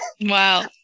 Wow